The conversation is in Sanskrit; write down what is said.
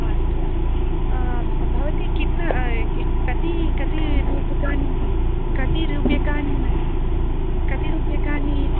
अस्तु अस्तु भवती कित्ना कति कति रूपकाणि कतिरूप्यकान् कति रूप्यकाणि